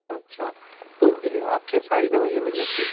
اچھا تو یہ آپ کے یہاں ساری دوائیاں مل جاتی ہیں